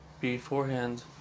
beforehand